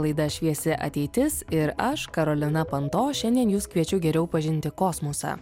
laida šviesi ateitis ir aš karolina panto šiandien jus kviečiu geriau pažinti kosmosą